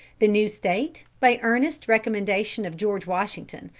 the new state, by earnest recommendation of george washington,